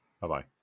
Bye-bye